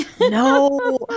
no